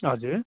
हजुर